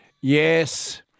Yes